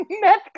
Meth